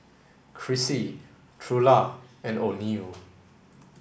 Chrissie Trula and Oneal